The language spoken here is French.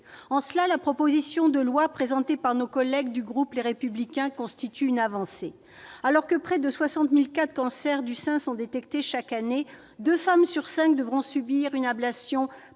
En cela, la proposition de loi présentée par nos collègues du groupe Les Républicains constitue une avancée. Alors que près de 60 000 cas de cancer du sein sont détectés chaque année, deux femmes sur cinq devront subir une ablation